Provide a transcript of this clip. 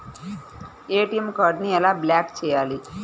ATM కార్డుని ఎలా block చేయాలి?